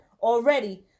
already